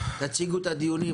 תציגו את הדיונים,